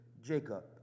Jacob